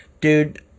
Dude